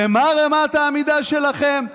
ומה רמת העמידה שלכם?